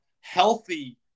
healthy